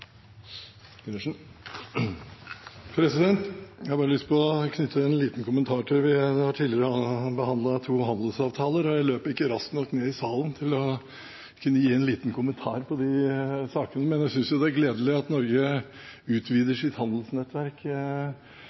to handelsavtaler, jeg har bare lyst til å knytte en liten kommentar til de sakene – jeg løp ikke raskt nok ned i salen til å kunne gi en liten kommentar. Jeg synes det er gledelig at Norge utvider sitt handelsnettverk